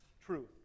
truth